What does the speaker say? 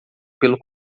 pelo